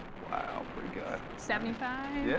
wow, pretty good. seventy five? yeah